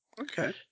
Okay